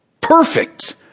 Perfect